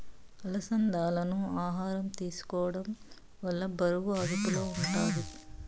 అలసందాలను ఆహారంగా తీసుకోవడం వల్ల బరువు అదుపులో ఉంటాది